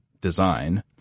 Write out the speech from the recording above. design